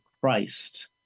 Christ